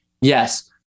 Yes